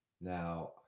Now